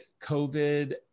COVID